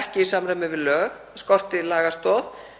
ekki í samræmi við lög, skorti lagastoð.